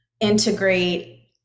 integrate